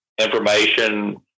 information